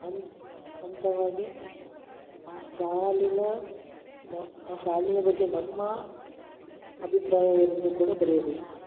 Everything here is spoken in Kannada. ಅನ್ ಹಂತವಾಗಿ ಆ ಸಾಲಿನ ನಾವು ಆ ಸಾಲಿನ ಬಗ್ಗೆ ನಮ್ಮ ಅಭಿಪ್ರಾಯವೇನೆಂದು ಕೂಡ ಬರಿಯಬೇಕು